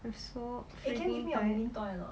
I'm so freaking tired